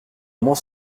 moins